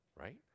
right